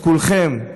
את כולכם,